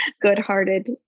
good-hearted